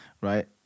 right